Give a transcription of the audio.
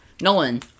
Nolan